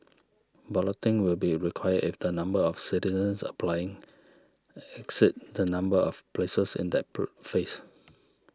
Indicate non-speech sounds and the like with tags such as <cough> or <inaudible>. balloting will be required if the number of citizens applying exceeds the number of places in that <unintelligible> phase